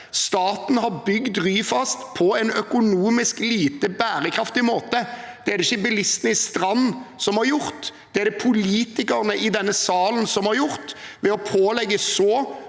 Staten har bygd Ryfast på en økonomisk lite bærekraftig måte. Det er det ikke bilistene i Strand som har gjort, det er det politikerne i denne salen som har gjort, ved å pålegge så